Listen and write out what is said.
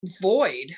void